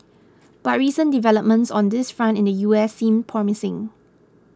but recent developments on this front in the U S seem promising